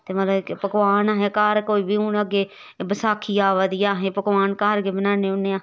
ते मतलब कि पकोआन असें घर कोई बी हून अग्गें बसाखी आवा दी ऐ असें पकोआन घर गै बनान्ने होन्ने आं